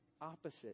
opposite